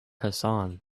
hassan